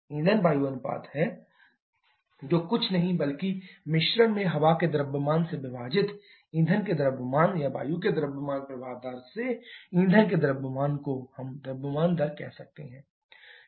ईंधन वायु अनुपात है FA ratioṁfṁa जो कुछ नहीं बल्कि मिश्रण में हवा के द्रव्यमान से विभाजित ईंधन के द्रव्यमान या वायु के द्रव्यमान प्रवाह दर से ईंधन के द्रव्यमान दर को हम द्रव्यमान दर कह सकते हैं